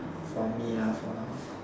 for me lah for now